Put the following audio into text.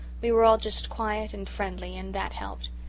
we were all just quiet and friendly, and that helped.